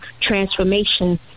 transformation